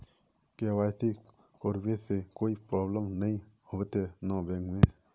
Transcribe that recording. KYC करबे से कोई प्रॉब्लम नय होते न बैंक में?